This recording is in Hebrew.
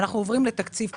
אנחנו עוברים לתקציב בחירות.